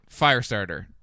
Firestarter